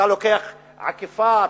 אתה לוקח עקיפה,